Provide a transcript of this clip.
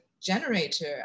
generator